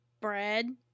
bread